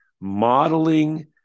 modeling